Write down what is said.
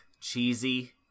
cheesy